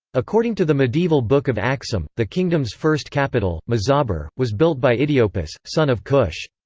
according to the medieval book of aksum, the kingdom's first capital, mazaber, was built by itiyopis, son of cush.